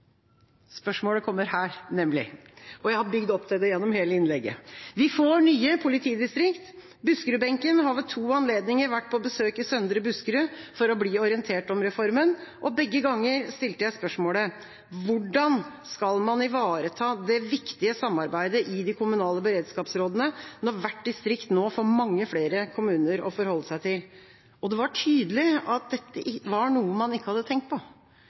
Spørsmålet kommer her, nemlig, og jeg har bygd opp til det gjennom hele innlegget: Vi får nye politidistrikter. Buskerud-benken har ved to anledninger vært på besøk i Søndre Buskerud for å bli orientert om reformen, og begge ganger stilte jeg spørsmålet: Hvordan skal man ivareta det viktige samarbeidet i de kommunale beredskapsrådene når hvert distrikt nå får mange flere kommuner å forholde seg til? Det var tydelig at dette var noe man ikke hadde tenkt på.